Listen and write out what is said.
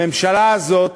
הממשלה הזאת,